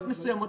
מסוימות,